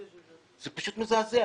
זה פשוט מזעזע.